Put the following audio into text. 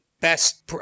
best